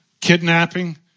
kidnapping